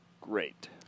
Great